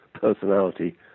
personality